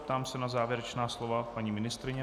Ptám se na závěrečná slova paní ministryně.